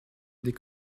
des